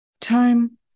time